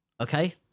Okay